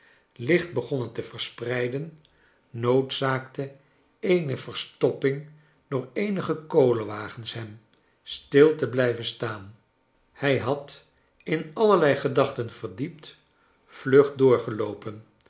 licht begonnen te verspreiden noodzaakte eene verstopping door eenige kolenwagens hem stil te blijven staan hij had in allerlei gedachten verdiept vlug